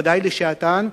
ודאי לשעתן,